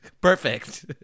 Perfect